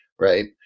right